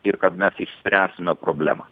ir kad mes išspręsime problemą